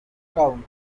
town